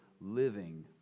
living